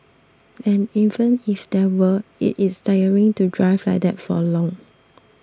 and even if there were it is tiring to drive like that for long